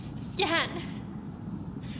Scan